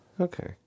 Okay